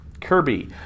Kirby